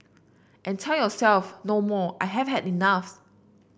and tell yourself no more I have had enough